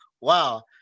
wow